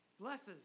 blesses